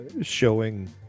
showing